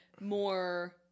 more